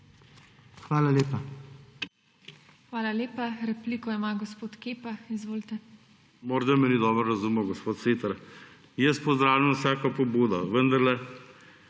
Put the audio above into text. Hvala lepa.